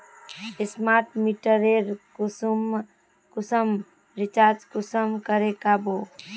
Smart मीटरेर कुंसम recharge कुंसम करे का बो?